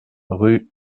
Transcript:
rue